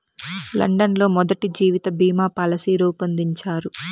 London లో మొదటి జీవిత బీమా పాలసీ రూపొందించారు